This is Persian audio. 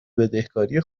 بدهکاری